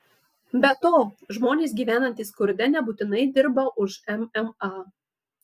be to žmonės gyvenantys skurde nebūtinai dirba už mma